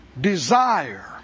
Desire